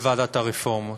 בוועדת הרפורמות.